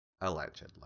Allegedly